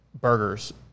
burgers